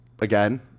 again